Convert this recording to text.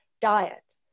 diet